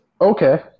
Okay